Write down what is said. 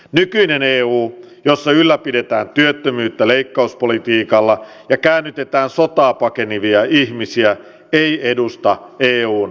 nykyinen eu jossa ylläpidetään työttömyyttä leikkauspolitiikalla ja käännytetään sotaa pakenevia ihmisiä ei edusta eun alkuperäistä ideaa